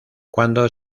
cuando